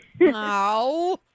No